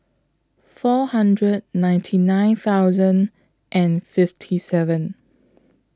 four hundred ninety nine thousand and fifty seven